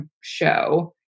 show